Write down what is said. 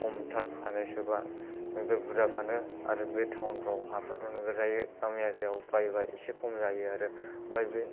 खमथार फानो सोरबा नोगोर बुरजा फानो आरो बे टावनफ्राव हाफोराथ' नोगोर दाम जायो गामि एरियायाव बायोबा एसे खम जायो आरो ओमफ्राय बे